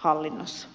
arvoisa